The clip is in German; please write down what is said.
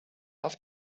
auf